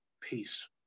peace